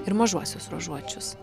ir mažuosius ruožuočius